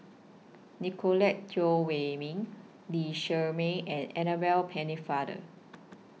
Nicolette Teo Wei Min Lee Shermay and Annabel Pennefather